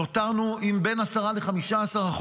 נותרנו עם 10% 15%,